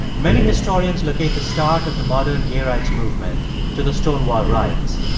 many historians locate the start of the modern gay rights movement to the stonewall riots.